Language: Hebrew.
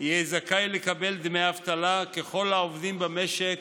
יהיה זכאי לקבל דמי אבטלה ככל העובדים במשק,